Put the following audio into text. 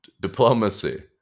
diplomacy